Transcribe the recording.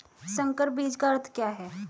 संकर बीज का अर्थ क्या है?